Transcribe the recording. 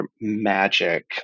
magic